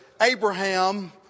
Abraham